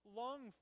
long